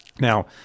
Now